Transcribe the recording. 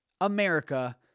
America